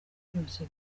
byose